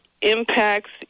impacts